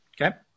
Okay